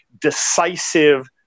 decisive